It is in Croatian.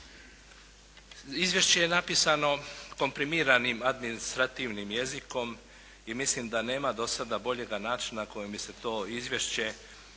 Izvješće je napisano komprimiranim administrativnim jezikom i mislim da nema do sada boljega načina na koji bi se to izvješće,